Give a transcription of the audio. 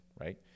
right